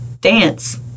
dance